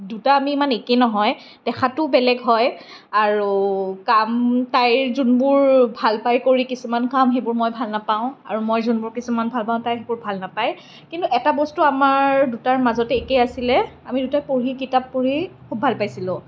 দুটা আমি ইমান একে নহয় দেখাতো বেলেগ হয় আৰু কাম তাই যিবোৰ ভালপায় কৰি কিছুমান কাম সেইবোৰ মই ভাল নাপাওঁ আৰু মই যিবোৰ কিছুমান ভালপাওঁ তাই সেইবোৰ ভাল নাপায় কিন্তু এটা বস্তু আমাৰ দুটাৰ মাজতে একে আছিলে আমি দুটাই পঢ়ি কিতাপ পঢ়ি খুব ভাল পাইছিলোঁ